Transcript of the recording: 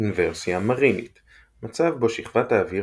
אינוורסיה מרינית - מצב בו שכבת האוויר